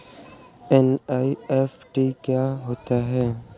NEFT क्या होता है?